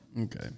Okay